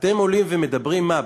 אתם עולים ומדברים, מה,